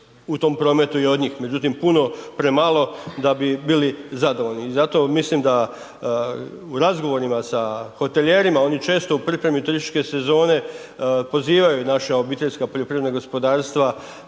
u tom prometu i od njih, međutim, puno premalo da bi bili zadovoljni i zato mislim da u razgovorima sa hotelijerima, oni često u pripremi turističke sezone pozivaju naše OPG-ove na suradnju